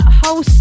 whole